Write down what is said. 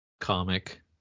comic